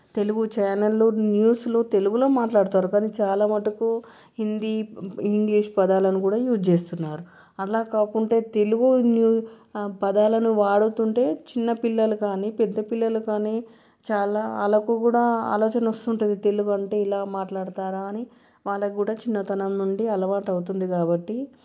తెలుగు ఛానల్లో న్యూస్లు తెలుగులో మాట్లాడుతారు కానీ చాలా మటుకు హిందీ ఇంగ్లీష్ పదాలను కూడా యూజ్ చేస్తున్నారు అలా కాకుండా తెలుగు పదాలను వాడుతుంటే చిన్నపిల్లలు కానీ పెద్ద పిల్లలు కానీ చాలా వాళ్ళకు కూడా ఆలోచన వస్తుంది తెలుగు అంటే ఇలా మాట్లాడతారు అని వాళ్ళకు కూడా చిన్నతనం నుండి అలవాటు అవుతుంది కాబట్టి